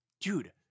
Dude